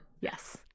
Yes